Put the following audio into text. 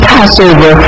Passover